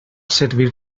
servir